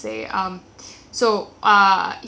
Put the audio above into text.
ah he he was our server at at